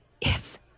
Yes